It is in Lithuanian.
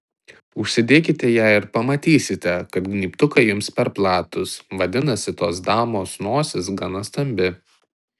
užsidėkite ją ir pamatysite kad gnybtukai jums per platūs vadinasi tos damos nosis gana stambi